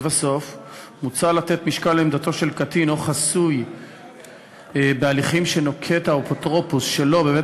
מוצע לקבוע כי ההורים יוכלו לשנותו באישור